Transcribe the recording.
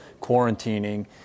quarantining